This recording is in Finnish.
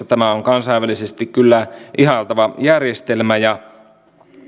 tämä on kansainvälisesti kyllä ihailtava järjestelmä ja